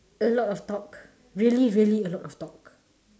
a lot of talk really really a lot of talk